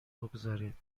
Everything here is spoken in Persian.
بگذارید